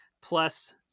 plus